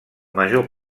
major